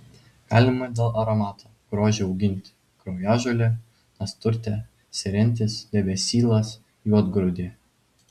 galima dėl aromato grožio auginti kraujažolė nasturtė serentis debesylas juodgrūdė